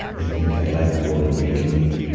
i think i like the word awakening